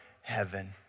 heaven